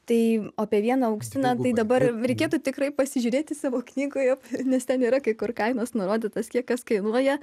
tai o apie vieną auksiną tai dabar reikėtų tikrai pasižiūrėti savo knygoje nes ten yra kai kur kainos nurodytos kiek kas kainuoja